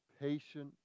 patient